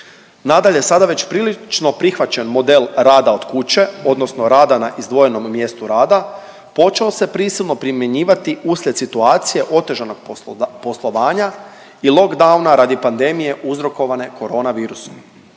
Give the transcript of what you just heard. Nadalje, sada već prilično prihvaćen model rada od kuće odnosno rada na izdvojenom mjestu rada počeo se prisilno primjenjivati uslijed situacije otežanog poslovanja i lock downa radi pandemije uzrokovane korona virusom,